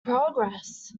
progress